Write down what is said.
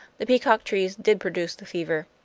the peacock trees did produce the fever.